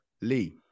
Lee